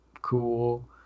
cool